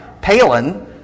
Palin